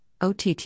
OTT